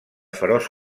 feroç